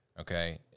Okay